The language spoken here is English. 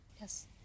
Yes